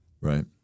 right